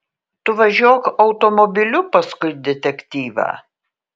tu važiuok automobiliu paskui detektyvą